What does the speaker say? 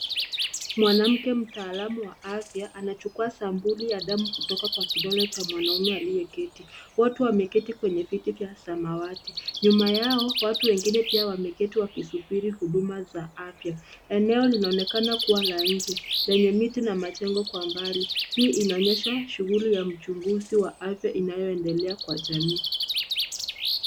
Mwanamke mtaalamu wa afya anachukua sampuli ya damu kutoka kwa kidole cha mwanaume aliyeketi. Watu wameketi kwenye viti vya samawati. Nyuma yao watu wengine pia wameketi wakisubiri huduma za afya. Eneo linaonekana kuwa la nje lenye miti na majengo kwa mbali. Hii inaonyesha shughuli ya mchunguzi wa afya inayoendelea kwa jamii.